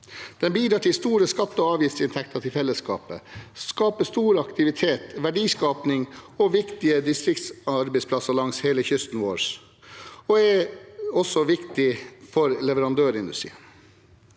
den bidrar til store skatte- og avgiftsinntekter til fellesskapet, skaper stor aktivitet, verdier og viktige distriktsarbeidsplasser langs hele kysten vår og er også viktig for leverandørindustrien.